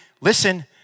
listen